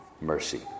mercy